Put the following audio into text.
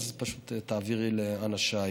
אז פשוט תעבירי לאנשיי.